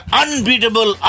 unbeatable